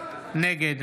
נגד